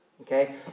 okay